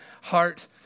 heart